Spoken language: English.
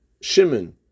Shimon